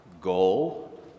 Goal